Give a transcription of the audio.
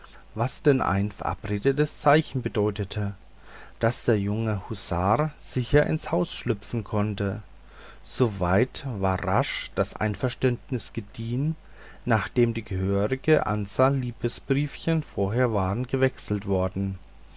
was denn ein verabredetes zeichen bedeutete daß der junge husar sicher ins haus schlüpfen konnte soweit war rasch das einverständnis gediehen nachdem die gehörige anzahl liebesbriefchen vorher waren gewechselt worden